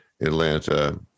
Atlanta